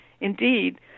indeed